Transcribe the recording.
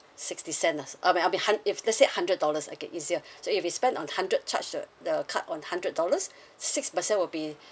sixty cents lah um I mean hund~ if let's say hundred dollars okay easier so if we spend on hundred charge the the card on hundred dollars six percent will be